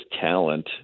talent